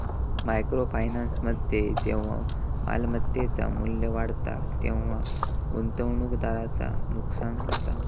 micro फायनान्समध्ये जेव्हा मालमत्तेचा मू्ल्य वाढता तेव्हा गुंतवणूकदाराचा नुकसान होता